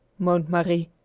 moaned marie.